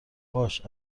باش